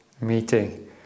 meeting